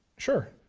sure,